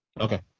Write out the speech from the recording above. Okay